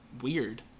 weird